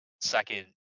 Second